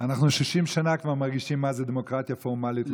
אנחנו כבר 60 שנה מרגישים מה זה דמוקרטיה פורמלית,